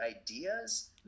ideas